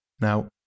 Now